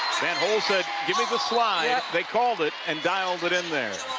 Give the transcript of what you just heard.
van't hul said give me the slide they called it and dialed it in there.